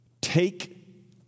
take